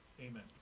amen